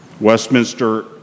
Westminster